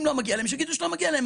אם לא מגיע להם, שיגידו שלא מגיע להם.